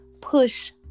push